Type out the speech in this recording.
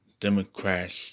Democrats